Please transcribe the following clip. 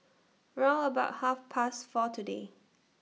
round about Half Past four today